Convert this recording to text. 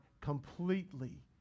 completely